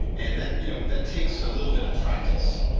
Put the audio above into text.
and that you know that takes a little bit of practice,